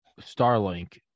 Starlink